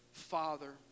father